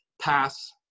pass